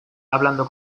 hablando